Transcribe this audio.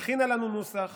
הכינה לנו נוסח